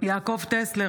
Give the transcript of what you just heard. יעקב טסלר,